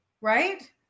right